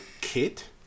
kit